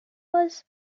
was